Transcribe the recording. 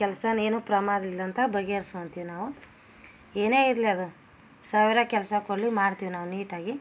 ಕೆಲ್ಸನ ಏನು ಪ್ರಮಾದ ಇಲ್ಲಂತ ಬಗೆಹರಿಸ್ಕೊತೀವಿ ನಾವು ಏನೇ ಇರಲಿ ಅದು ಸಾವಿರ ಕೆಲಸ ಕೊಡಲಿ ಮಾಡ್ತೀವಿ ನಾವು ನೀಟಾಗಿ